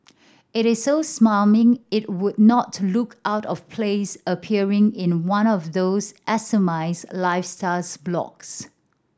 it is so smarmy it would not look out of place appearing in one of those lifestyles blogs